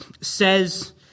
says